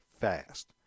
fast